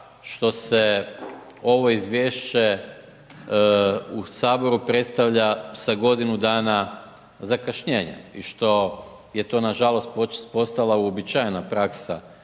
što se ovo izvješće u Saboru predstavlja sa godinu dana zakašnjenja, još to je to nažalost je postala uobičajena praksa